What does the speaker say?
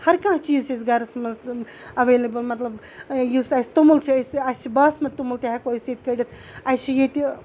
ہرکانٛہہ چیٖز چھِ اَسہِ گَرَس منٛز تِم ایٚولِیبٕل مطلب یُس اَسہِ توٚمُل چھِ أسۍ اَسہِ چھِ باسمت توٚمُل تہِ ہیٚکو أسۍ ییٚتہِ کٔڑِتھ اَسہِ چھِ ییٚتہِ